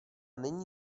není